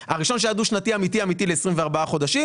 אבל הראשון שהיה דו שנתי אמיתי אמיתי ל-24 חודשים